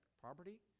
property